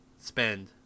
spend